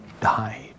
died